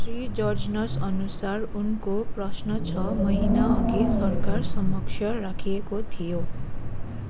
श्री जर्जनसअनुसार उनको प्रश्न छ महिना अघि सरकार समक्ष राखिएको थियो